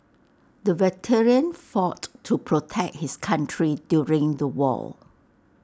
the veteran fought to protect his country during the war